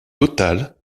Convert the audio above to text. total